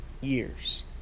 years